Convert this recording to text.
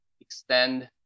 extend